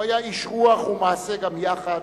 הוא היה איש רוח ומעשה גם יחד,